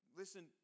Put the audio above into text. listen